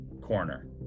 corner